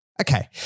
Okay